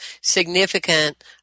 significant